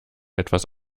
etwas